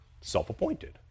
self-appointed